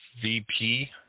VP